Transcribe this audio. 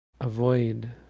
avoid